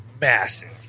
massive